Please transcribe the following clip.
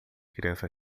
crianças